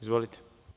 Izvolite.